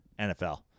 NFL